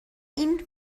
این